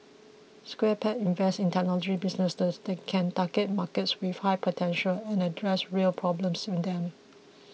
Square Peg invests in technology businesses that can target markets with high potential and address real problems in them